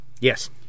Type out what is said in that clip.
Yes